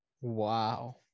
Wow